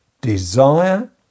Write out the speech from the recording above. desire